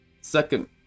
second